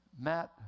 Matt